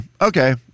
okay